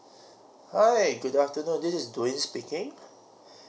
hi good afternoon this is dwain speaking so